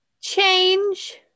Change